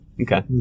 Okay